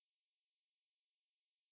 uh but I I I